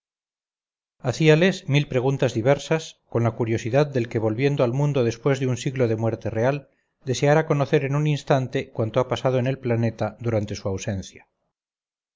mujer hacíales mil preguntas diversas con la curiosidad del que volviendo al mundo después de un siglo de muerte real deseara conocer en un instante cuanto ha pasado en el planeta durante su ausencia